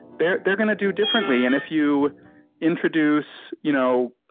they're they're gonna do differently. and if you introduce you know